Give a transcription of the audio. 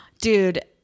Dude